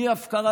מהפקרת